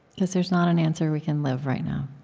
because there's not an answer we can live right now.